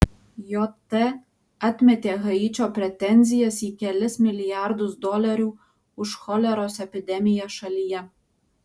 jt atmetė haičio pretenzijas į kelis milijardus dolerių už choleros epidemiją šalyje